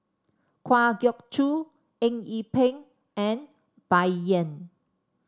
Kwa Geok Choo Eng Yee Peng and Bai Yan